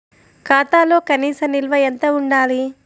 ఖాతాలో కనీస నిల్వ ఎంత ఉండాలి?